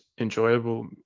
enjoyable